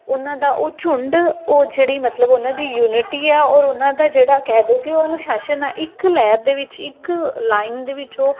ਉਹਨਾਂ ਦਾ ਉਹ ਝੁੰਡ ਉਹ ਜਿਹੜੀ ਮਤਲਬ ਉਹਨਾਂ ਦੀ ਯੂਨਿਟੀ ਆ ਔਰ ਉਹਨਾਂ ਦਾ ਜਿਹੜਾ ਕਹਿ ਦਓ ਕਿ ਉਹ ਅਨੁਸ਼ਾਸਨ ਆ ਇੱਕ ਲਹਿਰ ਦੇ ਵਿੱਚ ਇੱਕ ਲਾਈਨ ਦੇ ਵਿੱਚ ਉਹ